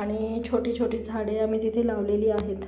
आणि छोटीछोटी झाडे आम्ही तिथे लावलेली आहेत